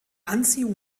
anziehung